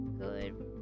good